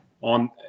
on